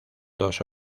dos